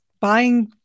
buying